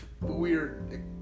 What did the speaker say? weird